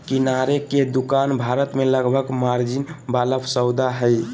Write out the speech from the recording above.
किराने की दुकान भारत में लाभ मार्जिन वाला सौदा हइ